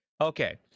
okay